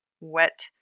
wet